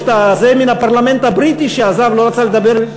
יש זה מהפרלמנט הבריטי, שעזב ולא רצה לדבר,